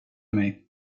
mig